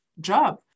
job